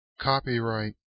Copyright